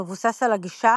מבוסס על הגישה